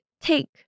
take